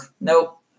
Nope